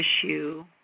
issue